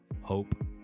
hope